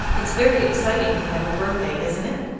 it's very exciting to have a birthday, isn't it?